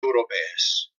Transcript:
europees